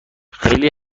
خیلی